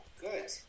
good